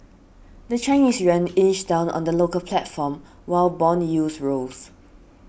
the Chinese yuan inched down on the local platform while bond yields rose